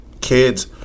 Kids